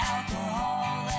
Alcohol